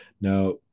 Now